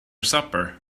supper